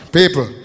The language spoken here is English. People